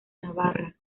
navarra